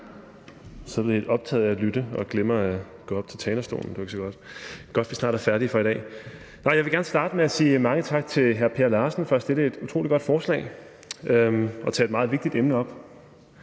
var så optaget af at lytte, at jeg glemte at gå op til talerstolen – det er jo ikke så godt. Godt, at vi snart er færdige for i dag. Jeg vil gerne starte med at sige mange tak til hr. Per Larsen for at fremsætte et utrolig godt forslag og tage et meget vigtigt emne op.